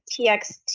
TXT